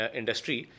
industry